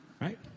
right